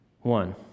One